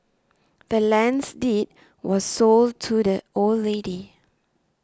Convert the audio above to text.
the land's deed was sold to the old lady